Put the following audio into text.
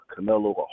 Canelo